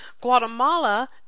Guatemala